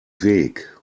weg